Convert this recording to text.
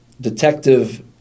detective